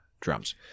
drums